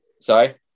Sorry